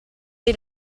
dei